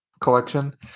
collection